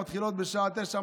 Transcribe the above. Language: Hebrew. מתחילות בשעה 09:00,